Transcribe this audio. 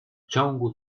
ciągu